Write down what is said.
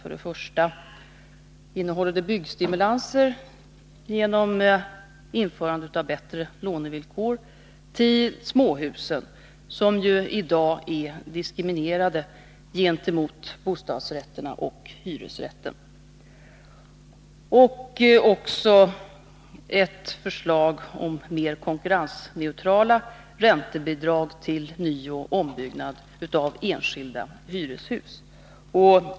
För det första innehåller de byggstimulanser genom införande av bättre lånevillkor för småhusen, som ju i dag är diskriminerade gentemot mot bostadsrätt och hyresrätt, samt mer konkurrensneutrala räntebidrag till nyoch ombyggnad av enskilda hyreshus.